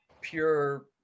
pure